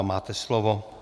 Máte slovo.